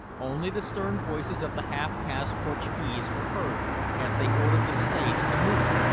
only the stern voices of the half-caste portuguese were heard as they ordered the slaves to move,